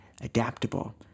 adaptable